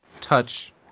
touch